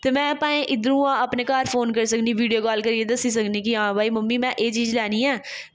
ते में भाएं इद्धरुं भाए घर फोन करी सकनीं वीडियो कॉल करियै दस्सी सकनी कि हां भाई मम्मी में एह् चीज़ लैनी ऐ